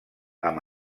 amb